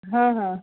हा हा